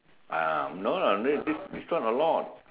ah no lah no this this one a lot